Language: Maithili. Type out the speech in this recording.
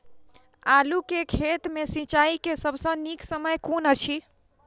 आलु केँ खेत मे सिंचाई केँ सबसँ नीक समय कुन अछि?